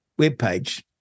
webpage